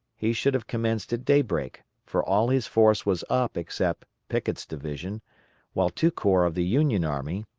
he should have commenced at daybreak, for all his force was up except pickett's division while two corps of the union army,